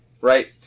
right